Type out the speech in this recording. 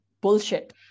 bullshit